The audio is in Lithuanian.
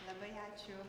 labai ačiū